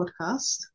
podcast